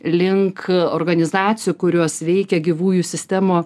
link organizacijų kurios veikia gyvųjų sistemų